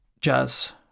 Jazz